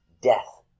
death